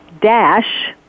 dash